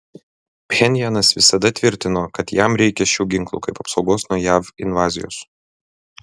pchenjanas visada tvirtino kad jam reikia šių ginklų kaip apsaugos nuo jav invazijos